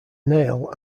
nail